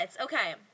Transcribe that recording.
Okay